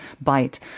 bite